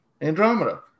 Andromeda